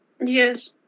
Yes